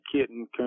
kitten